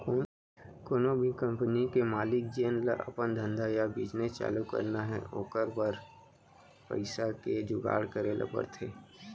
कोनो भी कंपनी के मालिक जेन ल अपन धंधा या बिजनेस चालू करना हे ओकर बर पइसा के जुगाड़ करे ल परथे